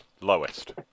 lowest